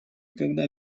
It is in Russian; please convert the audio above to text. когда